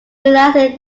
realizing